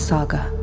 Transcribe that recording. Saga